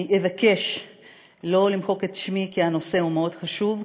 אני אבקש לא למחוק את שמי כי הנושא הוא חשוב מאוד,